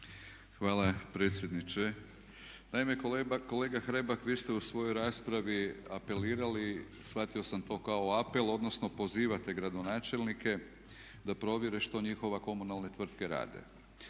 Hvala predsjedniče. Naime kolega Hrebak vi ste u svojoj raspravi apelirali, shvatio sam to kao apel odnosno pozivate gradonačelnike da provjere što njihove komunalne tvrtke rade.